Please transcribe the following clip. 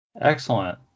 excellent